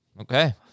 Okay